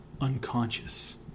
unconscious